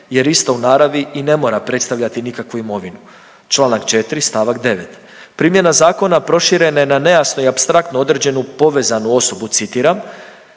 jer ista u naravi i ne mora predstavljati nikakvu imovinu. Čl. 4. st. 9., primjena zakona proširena je na nejasno i apstraktno određenu povezanu osobu, citiram,